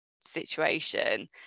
situation